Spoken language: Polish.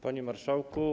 Panie Marszałku!